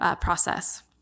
process